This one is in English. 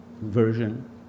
version